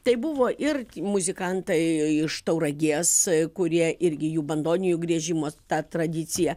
tai buvo ir muzikantai iš tauragės kurie irgi jų bandonijų griežimas ta tradicija